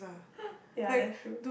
ya that's true